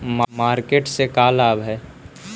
Market से का लाभ है?